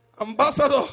Ambassador